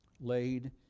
Laid